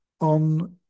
on